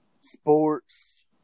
sports